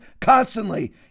constantly